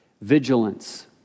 Vigilance